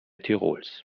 tirols